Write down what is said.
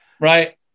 Right